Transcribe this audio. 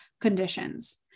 conditions